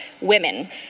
women